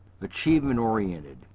achievement-oriented